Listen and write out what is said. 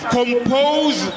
compose